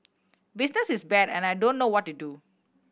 business is bad and I don't know what to do